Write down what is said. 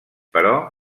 però